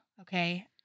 Okay